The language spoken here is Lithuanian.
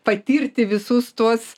patirti visus tuos